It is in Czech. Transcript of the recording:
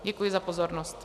Děkuji za pozornost.